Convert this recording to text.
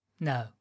No